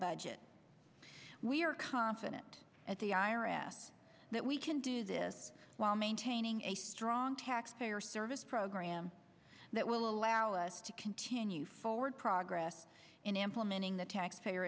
budget we are confident at the i r s that we can do this while maintaining a strong tax payer service program that will allow us to continue forward progress in implementing the taxpayer